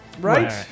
right